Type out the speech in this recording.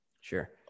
Sure